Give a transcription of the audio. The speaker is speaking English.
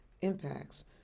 impacts